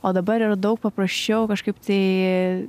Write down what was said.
o dabar yra daug paprasčiau kažkaip tai